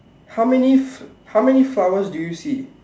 how many f~ how many flowers do you see